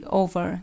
over